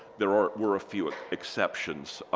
there ah were a few exceptions.